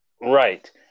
Right